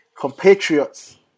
compatriots